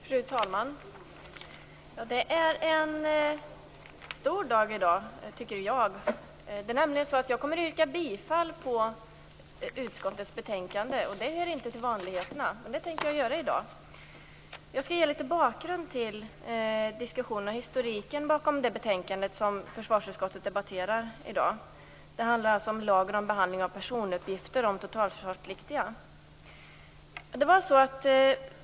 Fru talman! Det är en stor dag i dag, tycker jag. Det är nämligen så att jag kommer att yrka bifall till utskottets hemställan. Det hör inte till vanligheterna, men det tänker jag göra i dag. Jag skall ge litet bakgrund till diskussionerna och ta upp historiken bakom det betänkande som försvarsutskottet debatterar i dag. Det handlar alltså om lagen om behandling av personuppgifter om totalförsvarspliktiga.